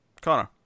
Connor